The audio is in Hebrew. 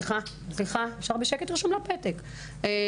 עשר שנים אני בפוליטיקה הישראלית,